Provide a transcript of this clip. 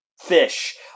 fish